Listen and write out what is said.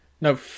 No